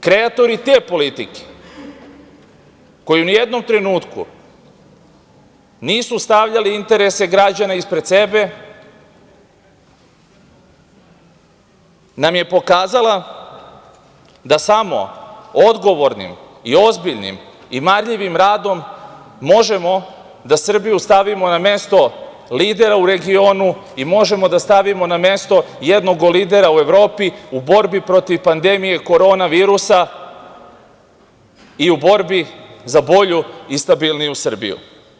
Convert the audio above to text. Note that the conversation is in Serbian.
Kreatori te politike, koji ni u jednom trenutku nisu stavljali interese građana ispred sebe, nam je pokazala da samo odgovornim i marljivim radom možemo da Srbiju stavimo na mesto lidera u regionu i možemo da stavimo na mesto jednog od lidera u Evropi, u borbi protiv pandemije korona virusa, i u borbi za bolju i stabilniju Srbiju.